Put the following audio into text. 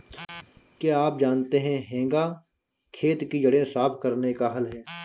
क्या आप जानते है हेंगा खेत की जड़ें साफ़ करने का हल है?